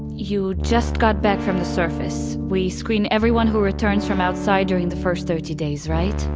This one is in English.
you just got back from the surface. we screen everyone who returns from outside during the first thirty days, right